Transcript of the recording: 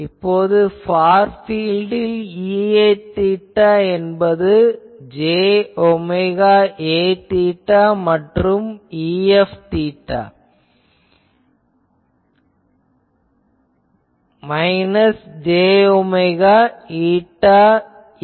இப்போது ஃபார் பீல்டில் θ என்பது j ஒமேகா Aθ மற்றும் θ என்பது மைனஸ் j ஒமேகா ηFϕ